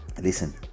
listen